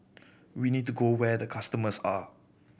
we need to go where the customers are